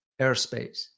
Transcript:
airspace